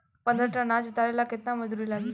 पन्द्रह टन अनाज उतारे ला केतना मजदूर लागी?